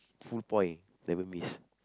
full point never miss